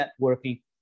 networking